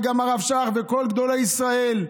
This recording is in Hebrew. וגם הרב שך וכל גדולי ישראל: